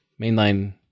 mainline